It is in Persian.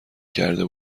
کرده